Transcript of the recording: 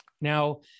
Now